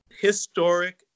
historic